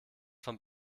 von